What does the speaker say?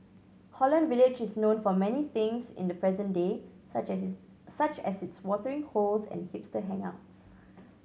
Holland Village is known for many things in the present day such as such as its watering holes and hipster hangouts